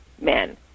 men